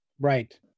Right